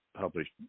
published